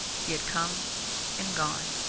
he had come and gone,